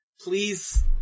please